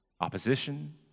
opposition